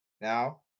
now